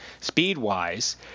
speed-wise